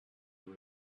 your